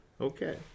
Okay